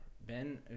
Ben